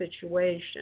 situation